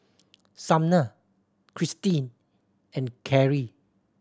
Sumner Cristy and Karrie